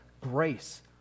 grace